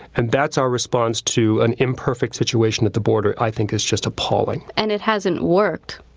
and that's our response to an imperfect situation at the border, i think is just appalling. and it hasn't worked.